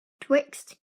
twixt